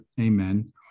amen